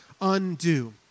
undo